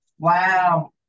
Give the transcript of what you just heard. Wow